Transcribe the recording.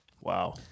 Wow